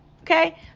Okay